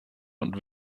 und